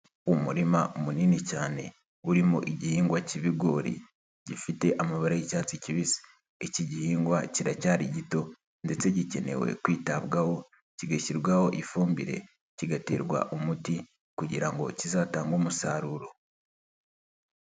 Umurima munini cyane urimo igihingwa cyi'ibigori gifite amabababa y'icyatsi kibisi, iki gihingwa kiracyari gito ndetse gikenewe kwitabwaho kigashyirwaho ifumbire kigaterwa umuti kugira ngo kizatange umusaruro.